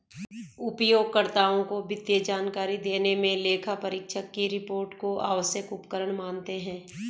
उपयोगकर्ताओं को वित्तीय जानकारी देने मे लेखापरीक्षक की रिपोर्ट को आवश्यक उपकरण मानते हैं